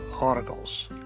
articles